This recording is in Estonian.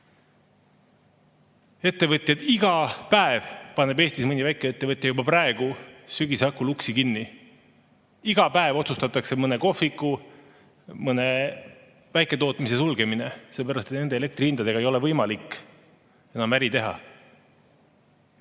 lasta. Iga päev paneb Eestis mõni väikeettevõte juba praegu, sügise hakul uksi kinni. Iga päev otsustatakse mõne kohviku, mõne väiketootmise sulgemine, sellepärast et nende elektrihindadega ei ole võimalik enam äri teha.